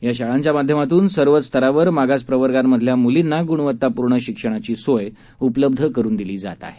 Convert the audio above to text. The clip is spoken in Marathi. याशाळांच्यामाध्यमातूनसर्वचस्तरावरमागासप्रवर्गांमधल्यामूलींनागुणवत्तापूर्णशिक्षणाचीसोयउपलब्धकरूनदिलीजातआहे